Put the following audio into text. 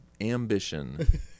ambition